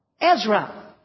Ezra